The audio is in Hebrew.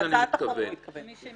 להצעת החוק הוא התכוון.